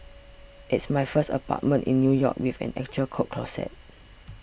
it's my first apartment in New York with an actual coat closet